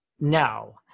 No